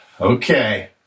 Okay